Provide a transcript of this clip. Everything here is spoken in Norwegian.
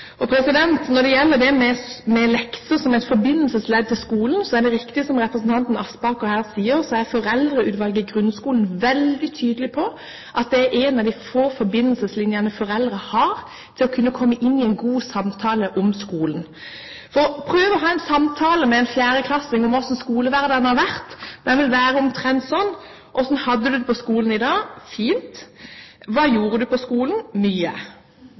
Når det gjelder lekser som et forbindelsesledd til skolen, er det riktig som representanten Aspaker her sier, at Foreldreutvalget for grunnskolen er veldig tydelig på at det er en av de få forbindelseslinjene foreldre har til å kunne komme inn i en god samtale om skolen. Prøv å ha en samtale med en fjerdeklassing om hvordan skolehverdagen har vært. Den vil være omtrent slik: Hvordan hadde du det på skolen i dag? Fint. Hva gjorde du på skolen? Mye.